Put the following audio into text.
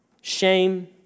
shame